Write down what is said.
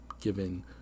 given